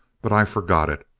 but i forgot it.